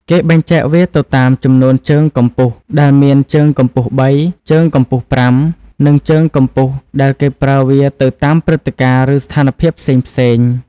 គេបែកចែកវាទៅតាម ចំនួនជើងកំពុះ ដែលមាន ជើងកំពុះ៣ ជើងកំពុះ៥ និងជើងកំពុះ ដែលគេប្រើវាទៅតាមព្រឹត្តិការណ៍ឬស្ថានភាពផ្សេងៗ។